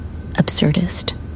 absurdist